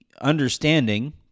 understanding